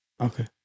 Okay